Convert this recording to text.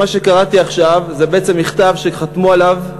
מה שקראתי עכשיו זה בעצם מכתב שחתמו עליו,